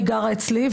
היא גרה אצלי,